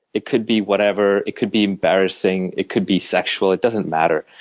it could be whatever. it could be embarrassing, it could be sexual it doesn't matter.